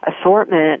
assortment